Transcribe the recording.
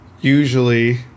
usually